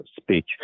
speech